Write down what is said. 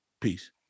Peace